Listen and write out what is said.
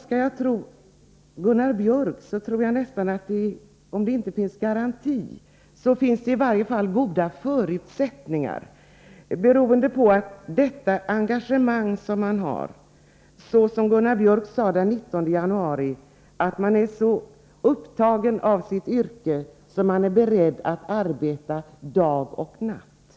Får man tro Gunnar Biörck i Värmdö finns det om inte en garanti så åtminstone goda förutsättningar med tanke på engagemanget. Den 19 januari sade ju Gunnar Biörck att man är så upptagen av sitt yrke att man är beredd att arbeta dag och natt.